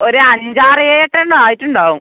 ഒരഞ്ചാറേഴെട്ടെണ്ണം ആയിട്ടുണ്ടാവും